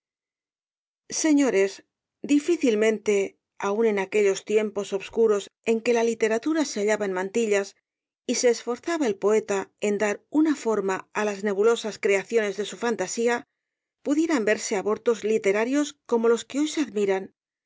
señores difícilmente aun en aquellos tiempos obscuros en que la literatura se hallaba en mantillas y se esforzaba el poeta en dar una forma á las nebulosas creaciones de su fantasía pudieran verse abortos literarios como los que hoy se admiran